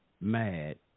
mad